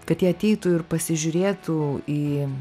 kad jie ateitų ir pasižiūrėtų į